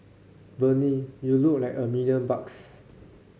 Bernie you look like a million bucks